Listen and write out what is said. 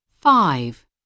five